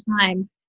time